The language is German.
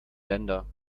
länder